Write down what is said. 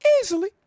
easily